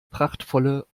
prachtvolle